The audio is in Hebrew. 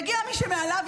יגיע מי שמעליו,